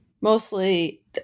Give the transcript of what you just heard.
Mostly